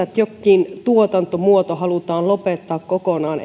että jokin tuotantomuoto halutaan lopettaa kokonaan